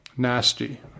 nasty